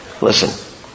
Listen